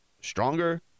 stronger